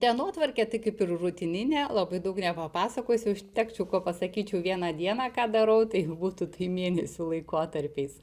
dienotvarkė tai kaip ir rutininė labai daug nepapasakosiu užtekčiau kuo pasakyčiau vieną dieną ką darau tai būtų tai mėnesių laikotarpiais